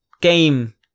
game